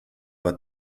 but